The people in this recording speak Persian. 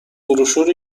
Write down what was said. بروشور